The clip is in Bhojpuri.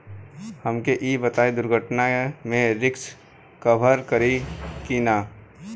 हमके ई बताईं दुर्घटना में रिस्क कभर करी कि ना?